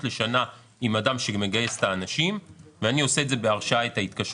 לשנה עם אדם שמגייס את האנשים ואני עושה את ההתקשרות